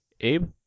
Abe